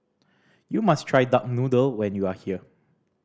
you must try duck noodle when you are here